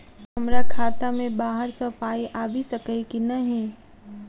हमरा खाता मे बाहर सऽ पाई आबि सकइय की नहि?